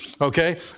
okay